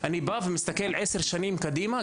אני מסתכל עשר שנים קדימה,